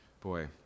Boy